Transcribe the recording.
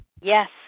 Yes